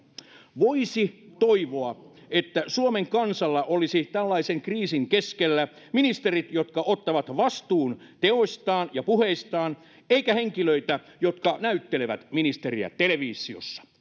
voisi toivoa että suomen kansalla olisi tällaisen kriisin keskellä ministerit jotka ottavat vastuun teoistaan ja puheistaan eikä henkilöitä jotka näyttelevät ministeriä televisiossa